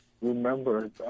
remember